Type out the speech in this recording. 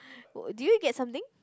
w~ do you get something